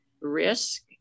risk